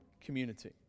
community